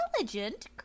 intelligent